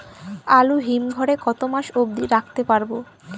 আলু হিম ঘরে কতো মাস অব্দি রাখতে পারবো?